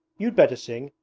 you'd better sing.